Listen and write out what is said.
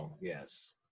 yes